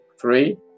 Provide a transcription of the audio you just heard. Three